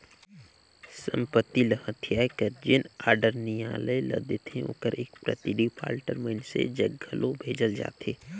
संपत्ति ल हथियाए कर जेन आडर नियालय ल देथे ओकर एक प्रति डिफाल्टर मइनसे जग घलो भेजल जाथे